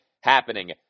happening